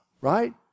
right